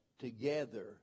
together